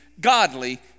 godly